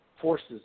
forces